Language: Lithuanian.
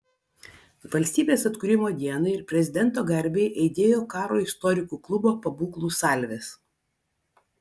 valstybės atkūrimo dienai ir prezidento garbei aidėjo karo istorikų klubo pabūklų salvės